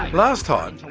last time,